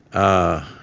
a